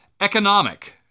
Economic